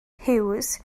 huws